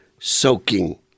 soaking